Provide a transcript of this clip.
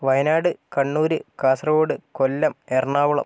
Wayanad Kannur Kasaragod Kollam Ernakulam